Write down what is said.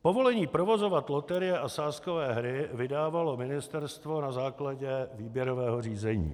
Povolení provozovat loterie a sázkové hry vydávalo ministerstvo na základě výběrového řízení.